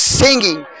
singing